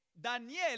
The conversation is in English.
Daniel